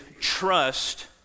trust